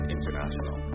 International